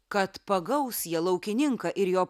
kad pagaus jie laukininką ir jo